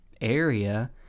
area